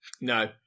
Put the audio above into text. No